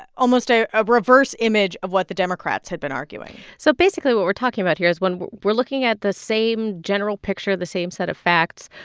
almost ah a reverse image of what the democrats had been arguing so, basically, what we're talking about here is when we're looking at the same general picture, the same set of facts,